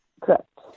Correct